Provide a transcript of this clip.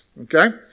okay